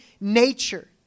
nature